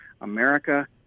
America